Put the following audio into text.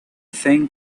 thing